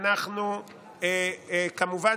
כמובן,